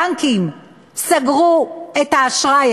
הבנקים סגרו את האשראי,